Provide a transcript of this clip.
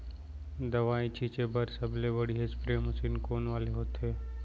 दवई छिंचे बर सबले बढ़िया स्प्रे मशीन कोन वाले होथे?